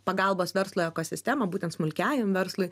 pagalbos verslo ekosistemą būtent smulkiajam verslui